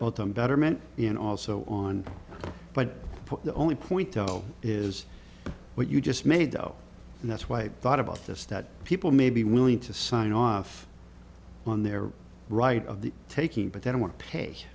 bottom betterment in also on but the only point though is what you just made up and that's why i thought about this that people may be willing to sign off on their right of the taking but they don't want to pay